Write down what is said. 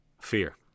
Fear